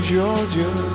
Georgia